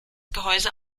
gehäuse